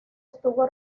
estuvo